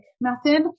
method